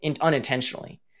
unintentionally